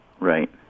Right